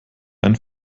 einen